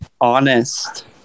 honest